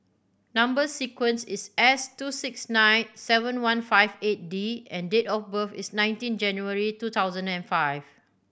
number sequence is S two six nine seven one five eight D and date of birth is nineteen January two thousand and five